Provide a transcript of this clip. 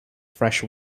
fresh